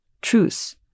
truths